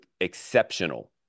exceptional